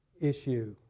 issue